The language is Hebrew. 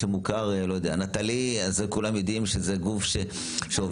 כמו נטלי כולם יודעים שזה גוף --- הם